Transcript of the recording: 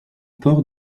port